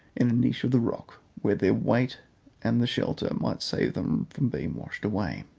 in a niche of the rock, where their weight and the shelter might save them from being washed away.